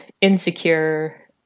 insecure